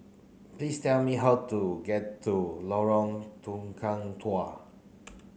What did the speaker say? please tell me how to get to Lorong Tukang Dua